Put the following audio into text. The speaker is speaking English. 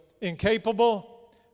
incapable